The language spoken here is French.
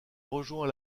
rejoint